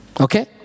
okay